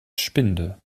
spinde